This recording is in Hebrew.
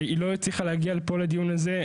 היא לא הצליחה להגיע לפה לדיון הזה,